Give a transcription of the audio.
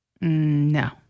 No